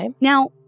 Now